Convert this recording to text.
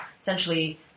Essentially